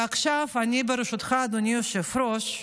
ועכשיו, ברשותך, אדוני היושב-ראש,